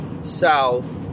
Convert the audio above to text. south